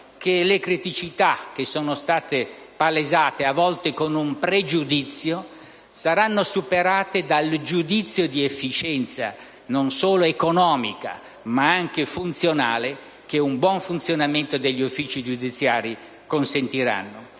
che le criticità che sono state palesate, a volte con un pregiudizio, saranno superate dal giudizio di efficienza, non solo economica, ma anche funzionale, che un buon funzionamento degli uffici giudiziari consentirà